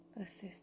assist